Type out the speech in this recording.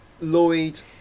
Lloyd